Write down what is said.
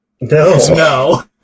No